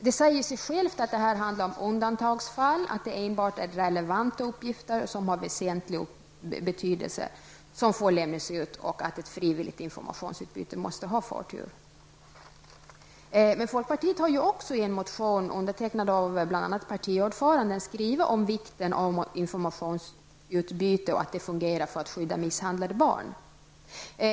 Det säger sig självt att det handlar om undantagsfall, att det enbart är relevanta uppgifter som har väsentlig betydelse som får lämnas ut och att ett frivilligt informationsutbyte måste ha förtur. partiordföranden skrivit om vikten av informationsutbyte och att det fungerar för att skydda misshandlade barn.